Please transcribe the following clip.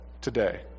today